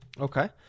Okay